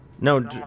No